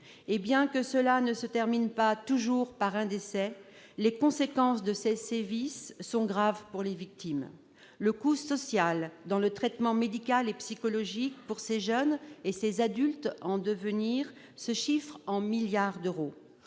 que ces sévices ne se terminent pas toujours par un décès, leurs conséquences sont graves pour les victimes. Le coût social du traitement médical et psychologique de ces jeunes et de ces adultes en devenir se chiffre en milliards d'euros.